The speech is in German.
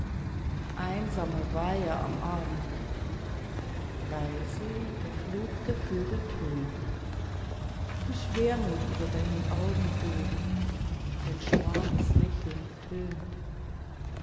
einsamer weiher am abend leise der flug der vögel tönt die schwermut über deinen augenbogen dein schmales lächeln tönt